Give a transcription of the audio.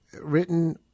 written